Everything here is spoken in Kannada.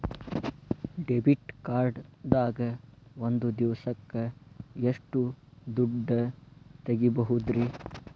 ಡೆಬಿಟ್ ಕಾರ್ಡ್ ದಾಗ ಒಂದ್ ದಿವಸಕ್ಕ ಎಷ್ಟು ದುಡ್ಡ ತೆಗಿಬಹುದ್ರಿ?